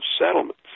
settlements